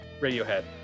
Radiohead